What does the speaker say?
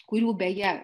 kurių beje